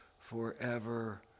forever